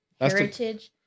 heritage